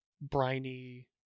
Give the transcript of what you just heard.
briny